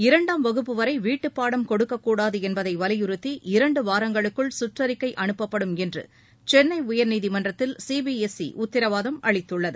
இரண்டாம் வகுப்பு வரை வீட்டுப்பாடம் கொடுக்கக்கூடாது என்பதை வலியுறுத்தி இரண்டு வாரங்களுக்குள் சுற்றிக்கை அனுப்பப்படும் என்று சென்னை உயா்நீதிமன்றத்தில் சி பி எஸ் இ உத்தரவாதம் அளித்துள்ளது